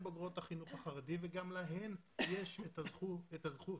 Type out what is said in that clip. וגם להן יש את הזכות